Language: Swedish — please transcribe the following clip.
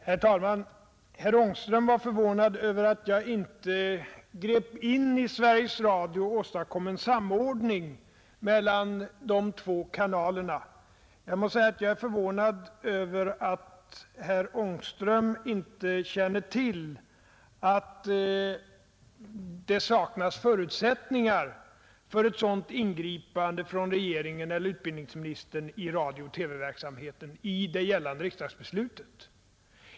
Herr talman! Herr Ångström var förvånad över att jag inte grep in i Sveriges Radio och åstadkom en samordning mellan de två kanalerna. Jag må säga att jag är förvånad över att herr Ångström inte känner till att det saknas förutsättningar för ett sådant ingripande från regeringen eller utbildningsministern i radiooch TV-verksamheten i det gällande riksdagsbeslutet.